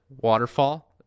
waterfall